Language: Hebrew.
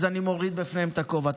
אז אני מוריד בפניהם את הכובע.